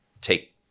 take